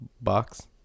box